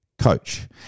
coach